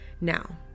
now